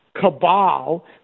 cabal